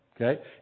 Okay